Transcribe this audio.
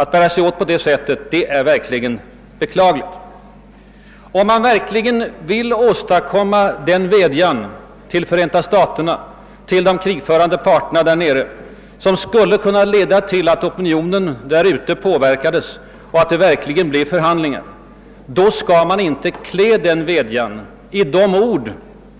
Att man bär sig åt på detta sätt är verkligen beklagligt. Om man vill rikta en vädjan till Förenta staterna och till de krigförande parterna i Vietnam, som skulle kunna leda till att opinionen påverkades och förhandlingar i realiteten kom till stånd, skall man inte klä denna vädjan i de ord